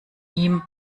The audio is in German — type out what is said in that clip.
ihm